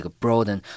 broaden